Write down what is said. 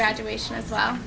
graduation as well